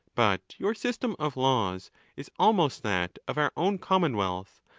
but your system of laws is almost that of our own commonwealth,